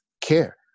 care